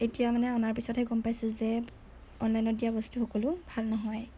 এতিয়া মানে অনাৰ পিছতহে গম পাইছোঁ যে অনলাইনত দিয়া বস্তু সকলো ভাল নহয়